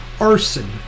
arson